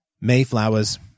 Mayflowers